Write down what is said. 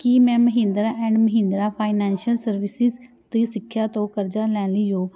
ਕੀ ਮੈਂ Mahindra and Mahindra financial services ਤੋਂ ਸਿੱਖਿਆ ਤੋਂ ਕਰਜ਼ਾ ਲੈਣ ਲਈ ਯੋਗ ਹਾਂ